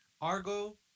Argo